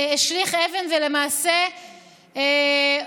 השליך אבן, ולמעשה רצח,